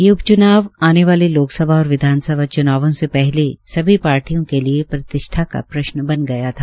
ये उप च्नाव आने वाले लोकसभा और विधानसभा च्नावों से पहले सभी पार्टियों के लिये प्रतिष्ठा का प्रश्न बन गया था